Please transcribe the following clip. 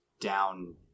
down